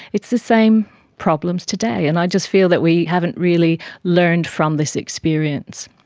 it's the same problems today, and i just feel that we haven't really learned from this experience.